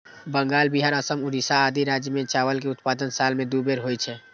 बंगाल, बिहार, असम, ओड़िशा आदि राज्य मे चावल के उत्पादन साल मे दू बेर होइ छै